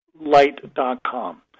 light.com